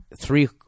three